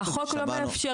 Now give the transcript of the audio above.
החוק לא מאפשר